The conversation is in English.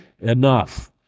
Enough